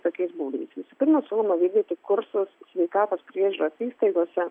tokiais būdais visų pirma siūloma vykdyti kursus sveikatos priežiūros įstaigose